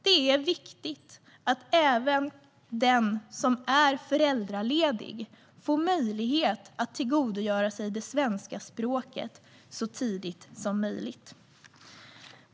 Det är viktigt att även den som är föräldraledig får möjlighet att tillgodogöra sig det svenska språket så tidigt som möjligt.